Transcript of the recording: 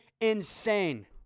insane